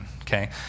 okay